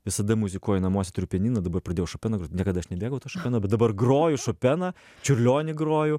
visada muzikuoju namuose turiu pianiną dabar pradėjau šopeną niekada aš nemėgau to šopeno bet dabar groju šopeną čiurlionį groju